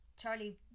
Charlie